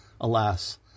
Alas